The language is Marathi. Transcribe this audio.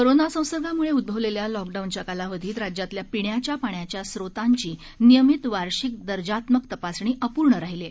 कोरोना संसर्गामुळे उझवलेल्या लॉकडाऊनच्या कालावधीत राज्यातल्या पिण्याच्या पाण्याच्या स्त्रोतांची नियमित वार्षिक दर्जात्मक तपासणी अपूर्ण राहिली आहे